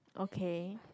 okay